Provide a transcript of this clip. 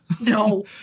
No